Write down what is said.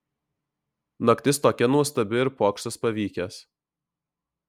naktis tokia nuostabi ir pokštas pavykęs